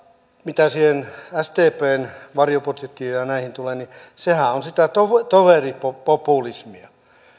mitä siihen sdpn varjobudjettiin ja näihin tulee niin sehän on sitä toveripopulismia